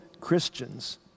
Christians